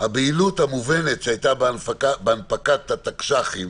הבהילות המובנת שהייתה בהנפקת התקש"חים